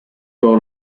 todos